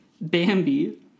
Bambi